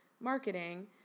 marketing